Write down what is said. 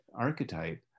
archetype